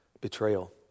betrayal